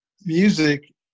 music